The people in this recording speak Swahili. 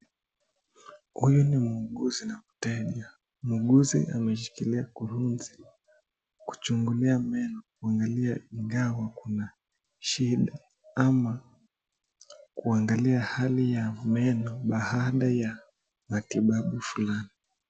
Huyu ni muuguzi na mteja, muuguzi ameshikilia kurunzi kuchungulia meno kuangalia ingawa kuna shida ama kuangalia hali ya meno baada ya matibabu fulani.